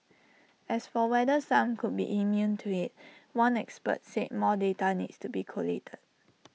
as for whether some could be immune to IT one expert said more data needs to be collated